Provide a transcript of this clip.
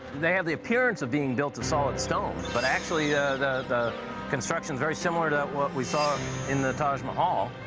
they have the appearance of being built of solid stone. but actually the construction is very similar to what we saw in the taj mahal,